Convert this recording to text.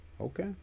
Okay